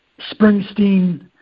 Springsteen